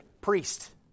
priest